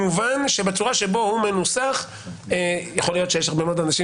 מובן שבצורה שבו הוא מנוסח יכול להיות שיש הרבה מאוד אנשים